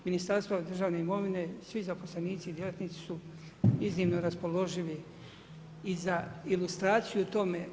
Ministarstvo državne imovine, svi zaposlenici i djelatnici su iznimno raspoloživiji i za ilustraciju tome.